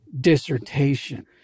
dissertation